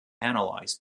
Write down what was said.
analyzed